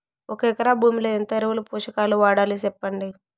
ఒక ఎకరా భూమిలో ఎంత ఎరువులు, పోషకాలు వాడాలి సెప్పండి?